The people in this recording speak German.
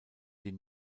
die